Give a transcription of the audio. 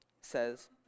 says